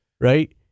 right